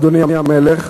אדוני המלך,